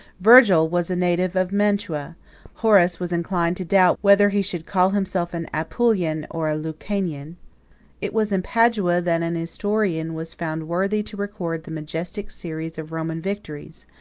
virgil was a native of mantua horace was inclined to doubt whether he should call himself an apulian or a lucanian it was in padua that an historian was found worthy to record the majestic series of roman victories.